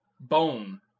bone